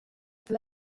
peut